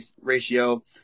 ratio